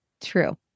True